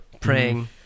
praying